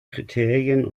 kriterien